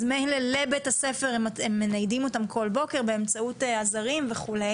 אז מילא לבית הספר הם מניידים אותם כל בוקר באמצעות עזרים וכו'.